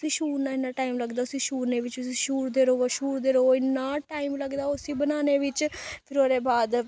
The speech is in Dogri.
फिर छूरना इन्ना टाइम लग्गदा उस्सी छूरने बिच्च उस्सी छूरदे र'वो छूरदे र'वो इन्ना टाइम लगदा उस्सी बनाने बिच्च फिर ओह्दे बाद